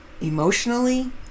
Emotionally